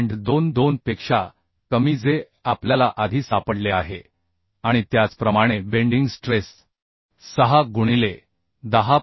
22 पेक्षा कमी जे आपल्याला आधी सापडले आहे आणि त्याचप्रमाणे बेंडिंग स्ट्रेस 6 गुणिले 10